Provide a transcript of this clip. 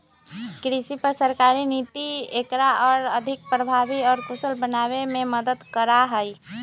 कृषि पर सरकारी नीति एकरा और अधिक प्रभावी और कुशल बनावे में मदद करा हई